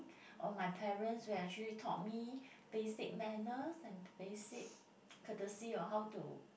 or my parents who actually taught me basic manner and basic courtesy on how to